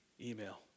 Email